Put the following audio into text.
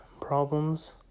problems